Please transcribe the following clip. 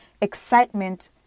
excitement